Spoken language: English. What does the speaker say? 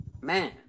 man